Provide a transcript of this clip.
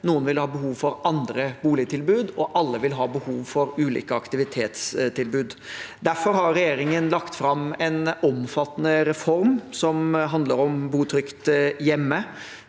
noen vil ha behov for andre boligtilbud, og alle vil ha behov for ulike aktivitetstilbud. Derfor har regjeringen lagt fram en omfattende reform som handler om å bo trygt hjemme.